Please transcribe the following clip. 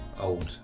old